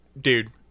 Dude